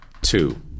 two